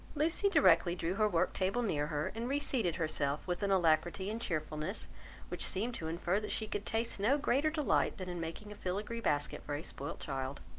lucy directly drew her work table near her and reseated herself with an alacrity and cheerfulness which seemed to infer that she could taste no greater delight than in making a filigree basket for a spoilt child.